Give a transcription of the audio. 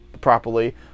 properly